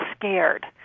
scared